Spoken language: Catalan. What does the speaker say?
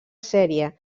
sèrie